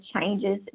changes